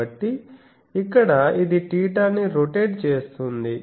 కాబట్టి ఇక్కడ ఇది θ ని రొటేట్ చేస్తుంది